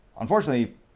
unfortunately